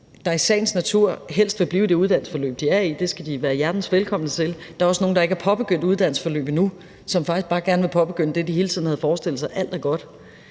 der i sagens natur helst vil blive i det uddannelsesforløb, de er i, og det skal de være hjertelig velkommen til. Der er også nogle, der ikke har påbegyndt et uddannelsesforløb endnu, og som faktisk bare gerne vil påbegynde det, de hele tiden havde forestillet sig. Alt er godt.